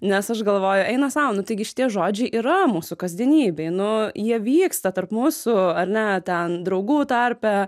nes aš galvoju eina sau nu taigi šitie žodžiai yra mūsų kasdienybėj nu jie vyksta tarp mūsų ar ne ten draugų tarpe